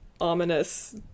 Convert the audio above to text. ominous